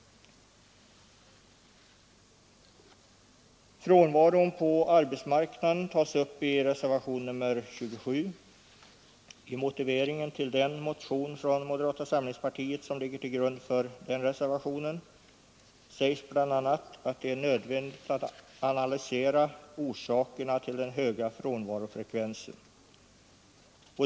Frånvaron på arbetsmarknaden tas upp i reservationen nr 27. I motiveringen till den motion från moderata samlingspartiet som ligger till grund för reservationen sägs bl.a. att det är nödvändigt att analysera orsakerna till den höga frånvarofrekvensen.